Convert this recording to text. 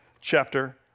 chapter